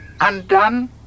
Undone